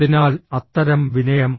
അതിനാൽ അത്തരം വിനയം